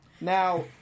Now